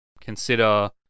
Consider